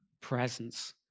presence